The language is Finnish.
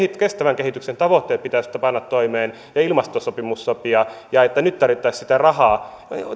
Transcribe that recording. kestävän kehityksen tavoitteet pitäisi panna toimeen ja ilmastosopimus sopia ja nyt tarvittaisiin sitä rahaa